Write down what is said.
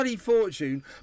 fortune